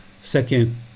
second